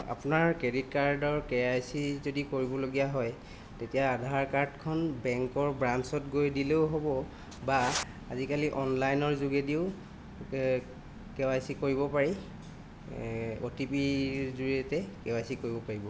আপোনাৰ ক্ৰেডিট কাৰ্ডৰ K I C যদি কৰিবলগীয়া হয় তেতিয়া আধাৰ কাৰ্ডখন বেংকৰ ব্ৰাঞ্চত গৈ দিলেও হ'ব বা আজিকালি অনলাইনৰ যোগেদিও কে ৱাই চি কৰিব পাৰি অ' টি পিৰ জৰিয়তে কে ৱাই চি কৰিব পাৰিব